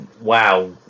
wow